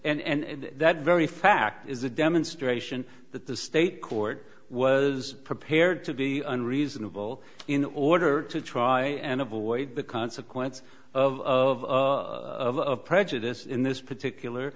say and that very fact is a demonstration that the state court was prepared to be unreasonable in order to try and avoid the consequence of prejudice in this particular